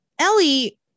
Ellie